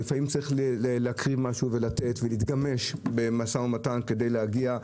ולפעמים צריך להקריב משהו ולתת ולהתגמש במשא ומתן כדי להגיע.